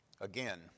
Again